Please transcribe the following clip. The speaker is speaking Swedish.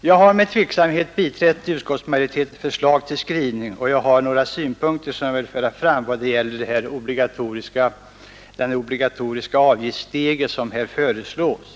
Jag har med tvekan biträtt utskottsmajoritetens förslag till skrivning och jag har några synpunkter som jag vill föra fram beträffande den obligatoriska avgiftsstege som här föreslås.